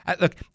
Look